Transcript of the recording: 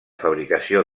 fabricació